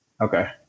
Okay